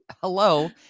hello